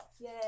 Yay